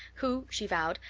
who, she vowed,